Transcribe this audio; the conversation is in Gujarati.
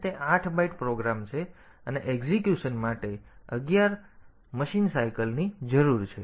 તે 8 બાઇટ પ્રોગ્રામ છે અને એક્ઝેક્યુશન માટે અગિયાર મશીન ચક્રની જરૂર છે